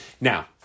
Now